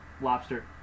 Lobster